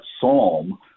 psalm